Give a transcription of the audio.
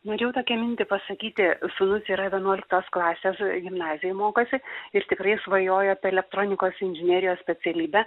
norėjau tokią mintį pasakyti sūnus yra vienuoliktos klasės gimnazijoj mokosi ir tikrai svajoja apie elektronikos inžinerijos specialybę